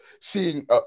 seeing